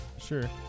Sure